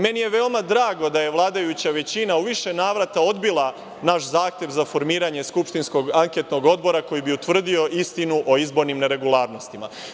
Meni je veoma drago da je vladajuća većina u više navrata odbila naš zahtev za formiranje skupštinskog anketnog odbora koji bi utvrdio istinu o izbornim neregularnostima.